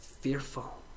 fearful